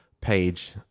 page